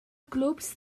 clubs